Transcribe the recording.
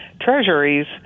treasuries